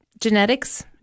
genetics